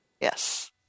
Yes